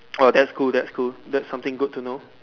!wah! that's cool that's cool that's something good to know